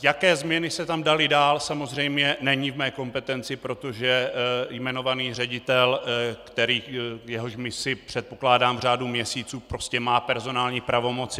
Jaké změny se tam dály dál, samozřejmě není v mé kompetenci, protože jmenovaný ředitel, jehož misi předpokládám v řádu měsíců, prostě má personální pravomoci.